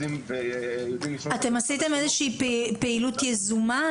אתם עשיתם איזושהי פעילות יזומה,